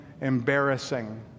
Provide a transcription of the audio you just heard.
embarrassing